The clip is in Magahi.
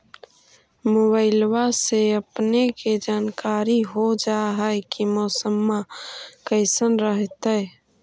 मोबाईलबा से अपने के जानकारी हो जा है की मौसमा कैसन रहतय?